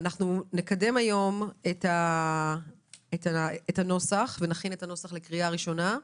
אנחנו נכין היום את הנוסח לקריאה ראשונה.